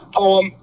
poem